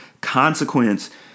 Consequence